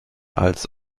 als